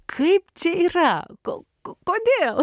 kaip čia yra kol kodėl